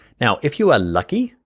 now's if you are lucky,